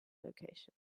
location